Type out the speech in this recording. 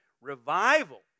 revival